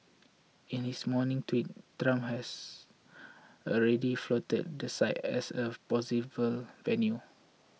in his morning tweet Trump has already floated the site as a possible venue